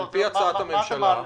על פי הצעת הממשלה.